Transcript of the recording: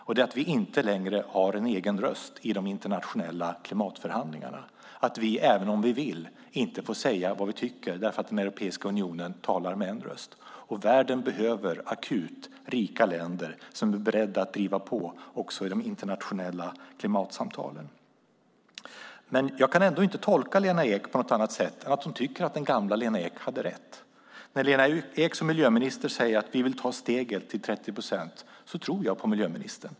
Det är att vi inte längre har en egen röst i de internationella klimatförhandlingarna, att vi även om vi vill inte får säga vad vi tycker därför att Europeiska unionen talar med en röst. Det världen behöver akut är rika länder som är beredda att driva på också i de internationella klimatsamtalen. Jag kan ändå inte tolka Lena Ek på något annat sätt än att hon tycker att den gamla Lena Ek hade rätt. När Lena Ek som miljöminister säger att man vill ta steget till 30 procent tror jag på miljöministern.